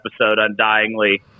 Undyingly